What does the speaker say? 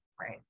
Right